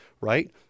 right